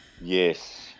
Yes